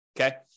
okay